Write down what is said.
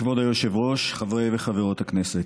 כבוד היושב-ראש, חברי וחברות הכנסת,